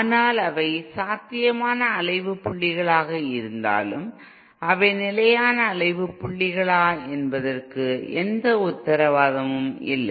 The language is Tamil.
ஆனால் அவை சாத்தியமான அலைவுப் புள்ளிகளாக இருந்தாலும் அவை நிலையான அலைவு புள்ளிகளா என்பதற்கு எந்த உத்தரவாதமும் இல்லை